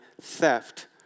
theft